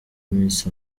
miss